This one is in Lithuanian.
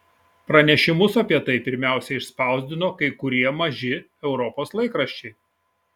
pranešimus apie tai pirmiausia išspausdino kai kurie maži europos laikraščiai